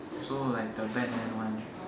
so like the batman one